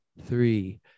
three